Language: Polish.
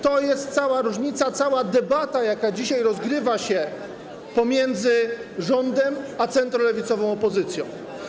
To jest cała różnica, cała debata, jaka dzisiaj rozgrywa się pomiędzy rządem a centrolewicową opozycją.